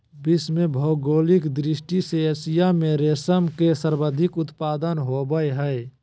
विश्व में भौगोलिक दृष्टि से एशिया में रेशम के सर्वाधिक उत्पादन होबय हइ